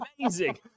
amazing